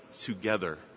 together